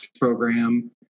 program